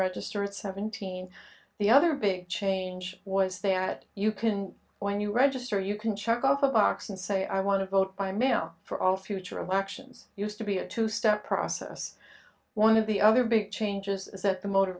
register at seventeen the other big change was that you can when you register you can check off a box and say i want to vote by mail for all future elections used to be a two step process one of the other big changes is that the motor